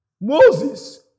Moses